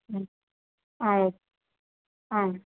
ம் ஆ ஓ ஆ